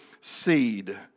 seed